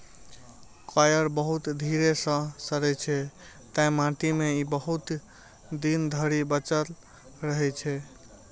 coir बहुत धीरे सं सड़ै छै, तें माटि मे ई बहुत दिन धरि बचल रहै छै